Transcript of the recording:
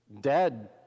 dead